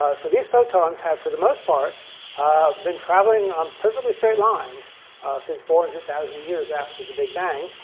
so these photons have for the most part been travelling on perfectly-straight lines since four hundred thousand years after the big bang.